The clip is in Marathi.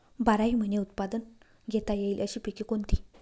बाराही महिने उत्पादन घेता येईल अशी पिके कोणती?